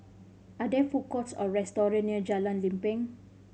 are there food courts or restaurant near Jalan Lempeng